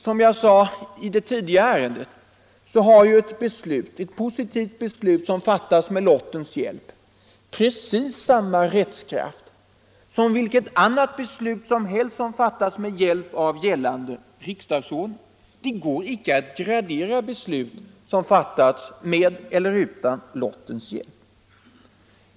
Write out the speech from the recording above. Som jag sade i det tidigare ärendet har ett positivt beslut som fattas med lottens hjälp precis samma rättskraft som vilket annat beslut som helst som fattas enligt gällande riksdagsordning. Det går inte att gradera beslut som fattas med resp. utan lottens hjälp.